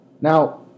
Now